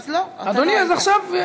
אדוני, אז עכשיו.